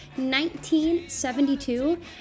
1972